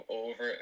over